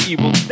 Evil